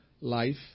life